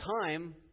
time